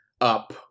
up